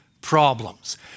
problems